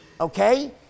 okay